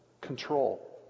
control